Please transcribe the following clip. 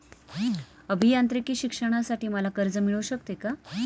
अभियांत्रिकी शिक्षणासाठी मला कर्ज मिळू शकते का?